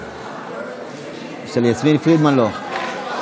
של יסמין פרידמן כן.